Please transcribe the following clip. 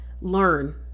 Learn